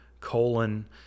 colon